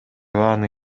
аны